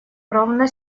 ровно